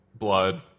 Blood